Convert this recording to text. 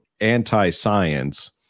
anti-science